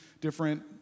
different